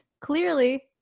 clearly